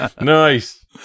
Nice